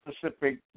Pacific